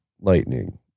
lightning